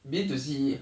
B two C